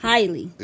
Highly